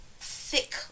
thick